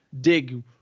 dig